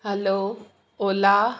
hello ola